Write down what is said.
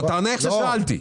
לא, תענה איך ששאלתי.